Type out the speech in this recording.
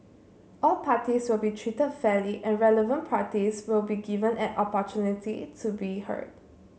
all parties will be treated fairly and relevant parties will be given an opportunity to be heard